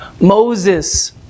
Moses